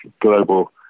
global